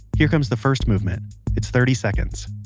here comes the first movement it's thirty seconds,